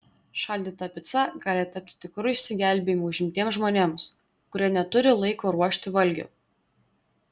šaldyta pica gali tapti tikru išsigelbėjimu užimtiems žmonėms kurie neturi laiko ruošti valgio